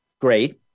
Great